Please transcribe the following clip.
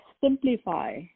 simplify